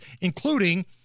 including